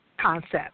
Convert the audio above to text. concept